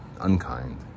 unkind